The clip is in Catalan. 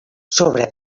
sobre